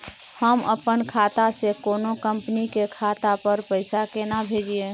हम अपन खाता से कोनो कंपनी के खाता पर पैसा केना भेजिए?